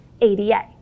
ADA